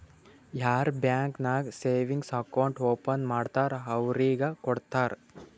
ಯಾರ್ ಬ್ಯಾಂಕ್ ನಾಗ್ savings account open ಮಾಡ್ತಾರ್ ಅವ್ರಿಗ ಕೊಡ್ತಾರ್